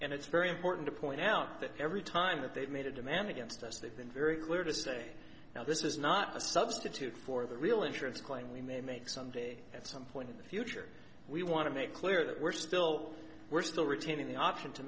and it's very important to point out that every time that they've made a demand against us they've been very clear to say now this is not a substitute for the real insurance claim we may make someday at some point in the future we want to make clear that we're still we're still retaining the option to